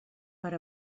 per